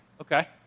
Okay